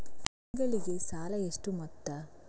ತಿಂಗಳಿಗೆ ಸಾಲ ಎಷ್ಟು ಮೊತ್ತ?